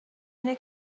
اینه